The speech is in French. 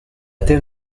terre